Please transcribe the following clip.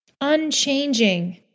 Unchanging